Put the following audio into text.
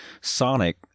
Sonic